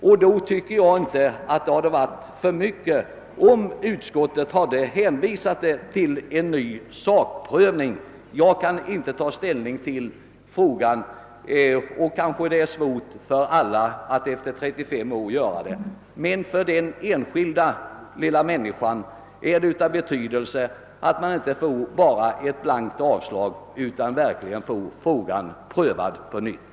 Jag tycker inte att det hade varit för mycket att utskottet hade hänvisat ärendet till en ny sakprövning. Jag kan inte ta ställning till frågan — det är kanske svårt för alla att göra efter 35 år. Men för den enskilda lilla människan är det av betydelse att man inte bara får ett blankt avslag utan får frågan prövad på nytt.